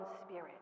spirit